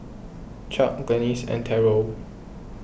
Chuck Glennis and Terrell